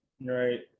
Right